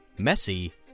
messy